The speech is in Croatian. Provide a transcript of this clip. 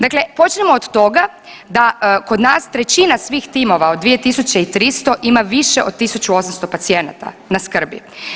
Dakle, počnimo od toga da kod nas trećina svih timova od 2300 ima više od 1800 pacijenata na skrbi.